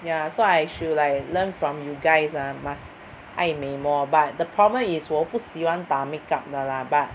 ya so I should like learn from you guys ah must 爱美 more but the problem is 我不喜欢打 makeup 的 lah but